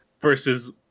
versus